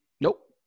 Nope